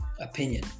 opinion